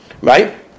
right